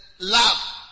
love